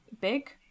big